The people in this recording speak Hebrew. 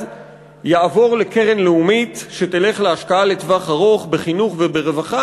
יעבור לקרן לאומית שתלך להשקעה לטווח ארוך בחינוך וברווחה,